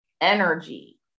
energy